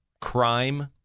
crime